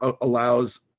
allows